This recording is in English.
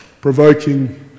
provoking